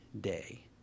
day